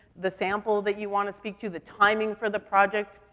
the sample that you wanna speak to, the timing for the project,